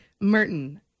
Merton